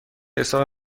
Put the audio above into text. حساب